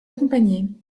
accompagner